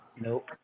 Nope